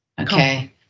okay